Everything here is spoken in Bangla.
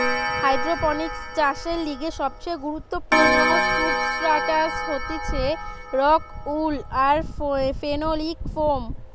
হাইড্রোপনিক্স চাষের লিগে সবচেয়ে গুরুত্বপূর্ণ সুবস্ট্রাটাস হতিছে রোক উল আর ফেনোলিক ফোম